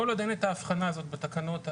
כל עוד אין את ההבחנה הזאת בתקנות הללו,